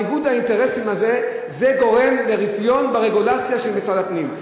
ניגוד האינטרסים הזה גורם לרפיון ברגולציה של משרד הפנים,